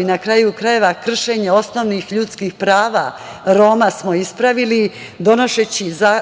i na kraju krajeva, kršenje osnovnih ljudskih prava Roma smo ispravili